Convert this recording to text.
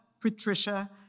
Patricia